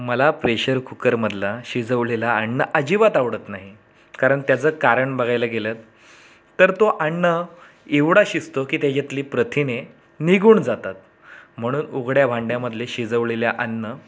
मला प्रेशर कुकरमधला शिजवलेला अन्न अजिबात आवडत नाही कारण त्याचं कारण बघायला गेलं तर तर तो अन्न एवढा शिजतो की त्याच्यातली प्रथिने निघून जातात म्हणून उघड्या भांड्यामधले शिजवलेले अन्न